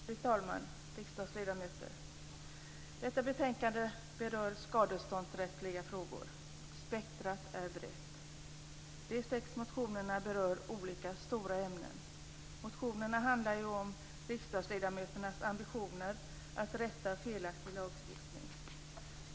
Fru talman! Riksdagsledamöter! Detta betänkande berör skadeståndsrättsliga frågor. Spektrat är brett. De sex motionerna berör olika, stora ämnen. Motionerna handlar ju om riksdagsledamöternas ambitioner att rätta felaktig lagstiftning.